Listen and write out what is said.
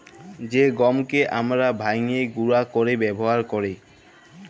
জ্যে গহমকে আমরা ভাইঙ্গে গুঁড়া কইরে ব্যাবহার কৈরি